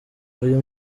uyu